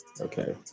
Okay